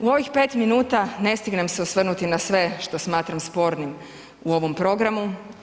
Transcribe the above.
U ovih 5 minuta ne stignem se osvrnuti na sve što smatram spornim u ovom programu.